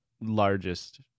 largest